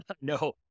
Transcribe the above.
no